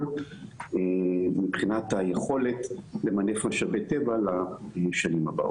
מבחינת היכולת למנף משאבי טבע לשנים הבאות.